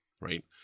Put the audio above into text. Right